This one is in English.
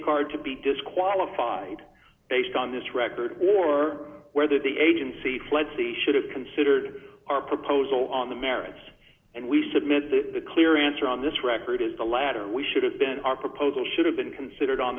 uard to be disqualified based on this record or whether the agency flexi should have considered our proposal on the merits and we submit that the clear answer on this record is the latter we should have been our proposal should have been considered on